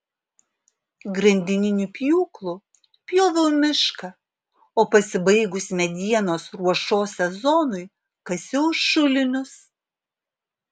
grandininiu pjūklu pjoviau mišką o pasibaigus medienos ruošos sezonui kasiau šulinius